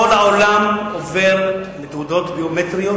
כל העולם עובר לתעודות ביומטריות,